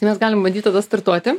tai mes galim bandyt tada startuoti